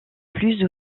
plus